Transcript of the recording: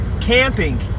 camping